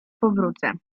powrócę